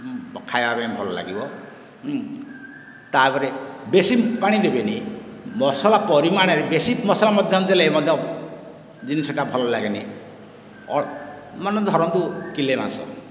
ଖାଇବା ପାଇଁ ଭଲ ଲାଗିବ ତା'ପରେ ବେଶି ପାଣି ଦେବେନି ମସଲା ପରିମାଣ ବେଶି ମସଲା ମଧ୍ୟ ଦେଲେ ମଧ୍ୟ ଜିନିଷଟା ଭଲ ଲାଗେନି ମାନେ ଧରନ୍ତୁ କିଲୋ ମାଂସ